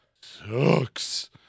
Sucks